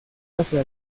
hacia